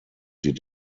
sie